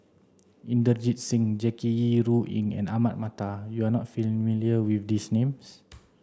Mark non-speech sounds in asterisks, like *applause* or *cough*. Inderjit Singh Jackie Yi Ru Ying and Ahmad Mattar you are not familiar with these names *noise*